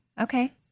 Okay